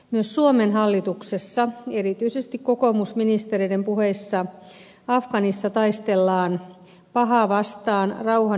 myös suomen hallituksessa erityisesti kokoomusministereiden puheissa afganistanissa taistellaan pahaa vastaan rauhan ja demokratian puolesta